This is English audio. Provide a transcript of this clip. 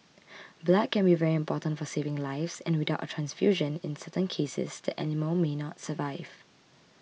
blood can be very important for saving lives and without a transfusion in certain cases the animal may not survive